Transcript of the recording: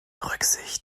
rücksicht